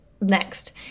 Next